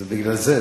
זה בגלל זה.